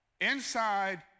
Inside